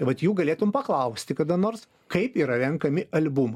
vat jų galėtum paklausti kada nors kaip yra renkami albumai